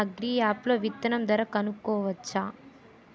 Agri app లో విత్తనం ధర కనుకోవచ్చా?